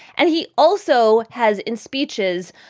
and he also has, in speeches,